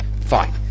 Fine